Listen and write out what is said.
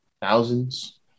thousands